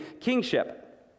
kingship